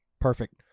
Perfect